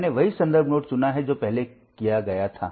मैंने वही संदर्भ नोड चुना है जो पहले किया गया था